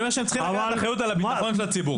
אני אומר שהם צריכים לקחת אחריות על הביטחון של הציבור.